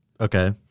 Okay